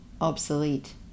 obsolete